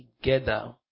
together